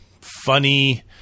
funny